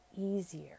easier